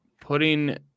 putting